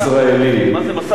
מה זה מסע בחירות עכשיו?